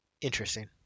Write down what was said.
Interesting